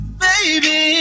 baby